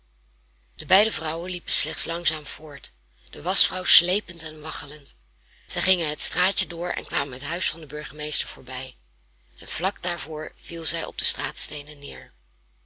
de beide vrouwen liepen slechts langzaam voort de waschvrouw sleepend en waggelend zij gingen het straatje door en kwamen het huis van den burgemeester voorbij en vlak daarvoor viel zij op de straatsteenen neer